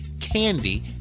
candy